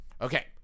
okay